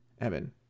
evan